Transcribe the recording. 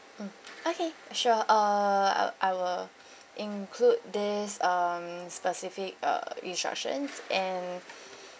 okay sure uh I will include this um specific uh instruction and